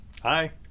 Hi